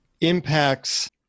impacts